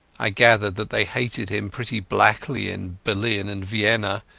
i gathered that they hated him pretty blackly in berlin and vienna,